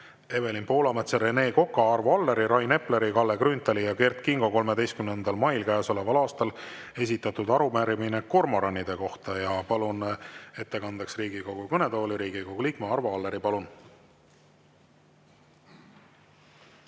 Evelin Poolametsa, Rene Koka, Arvo Alleri, Rain Epleri, Kalle Grünthali ja Kert Kingo 13. mail käesoleval aastal esitatud arupärimine kormoranide kohta. Palun ettekandeks Riigikogu kõnetooli Riigikogu liikme Arvo Alleri. Palun!